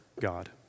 God